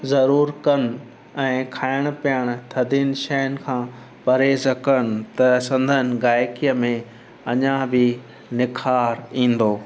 ज़रूरु कनि ऐं खाइणु पीअणु थधियुनि शयुनि खां परहेज़ कनि त संदनि गायकीअ में अञा बि निखारु ईंदो